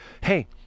hey